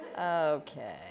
Okay